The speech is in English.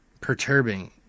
perturbing